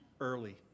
early